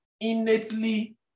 innately